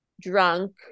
drunk